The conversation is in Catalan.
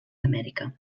amèrica